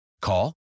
Call